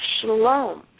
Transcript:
shalom